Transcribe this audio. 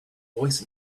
voice